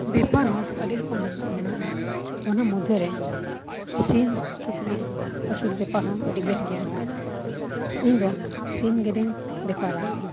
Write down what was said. ᱵᱮᱯᱟᱨᱦᱚᱸ ᱟᱹᱰᱤ ᱨᱚᱠᱚᱢ ᱵᱮᱯᱟᱨ ᱢᱮᱱᱟᱜᱼᱟ ᱚᱱᱟ ᱢᱚᱫᱽᱫᱷᱮᱨᱮ ᱥᱤᱢ ᱥᱩᱠᱨᱤ ᱟᱹᱥᱩᱞ ᱵᱮᱯᱟᱨ ᱦᱚᱸ ᱟᱹᱰᱤᱵᱮᱥ ᱜᱮᱭᱟ ᱤᱧᱫᱚ ᱥᱤᱢ ᱜᱮᱰᱮᱧ ᱵᱮᱯᱟᱨᱟ